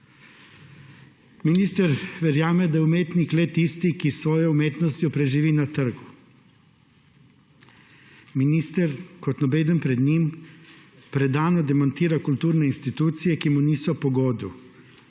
Minister verjame, da je umetnik le tisti, ki s svojo umetnostjo preživi na trgu. Minister kot nobeden pred njim predano demantira kulturne institucije, ki mu niso po godu.